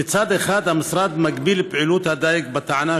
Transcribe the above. אחד המשרד מגביל את פעילות הדיג בטענה